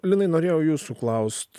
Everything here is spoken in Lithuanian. linai norėjau jūsų klaust